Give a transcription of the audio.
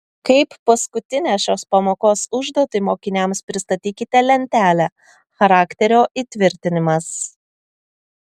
kaip paskutinę šios pamokos užduotį mokiniams pristatykite lentelę charakterio įtvirtinimas